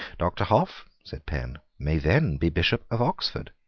doctor hough, said penn, may then be bishop of oxford.